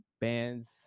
bands